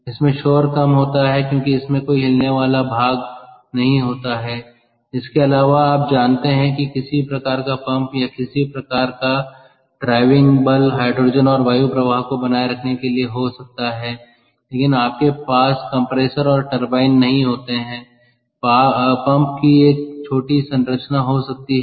इसमें शोर कम होता है क्योंकि इसमें कोई हिलने वाला भाग नहीं होता है इसके अलावा आप जानते हैं कि किसी प्रकार का पंप या किसी प्रकार का ड्राइविंग बल हाइड्रोजन और वायु प्रवाह को बनाए रखने के लिए हो सकता है लेकिन आपके पास कंप्रेसर और टरबाइन नहीं होते हैं पंप की एक छोटी संरचना हो सकती है